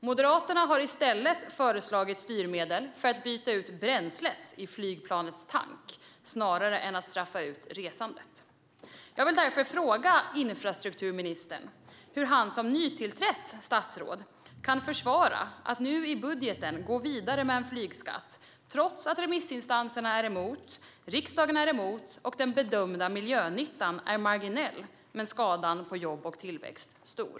Moderaterna har föreslagit styrmedel för att byta ut bränslet i flygplanets tank snarare än att straffa ut resandet. Jag vill fråga infrastrukturministern hur han som nytillträtt statsråd kan försvara att nu i budgeten gå vidare med en flygskatt trots att remissinstanserna och riksdagen är emot och att den bedömda miljönyttan är marginell men skadan på jobb och tillväxt stor.